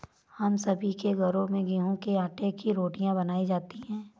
हम सभी के घरों में गेहूं के आटे की रोटियां बनाई जाती हैं